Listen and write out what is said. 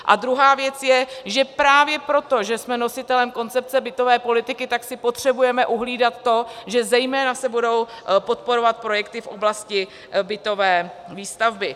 A druhá věc je, že právě proto, že jsme nositelem koncepce bytové politiky, tak si potřebujeme uhlídat to, že se budou podporovat zejména projekty v oblasti bytové výstavby.